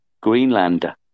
Greenlander